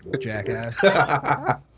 Jackass